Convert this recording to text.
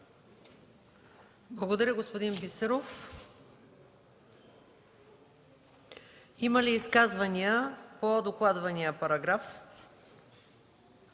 Благодаря, господин Бисеров. Има ли изказвания по докладвания параграф?